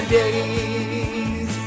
days